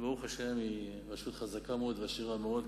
שברוך השם היא רשות חזקה מאוד ועשירה מאוד,